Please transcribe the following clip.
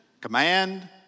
command